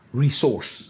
resource